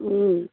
ও